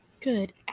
Good